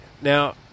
Now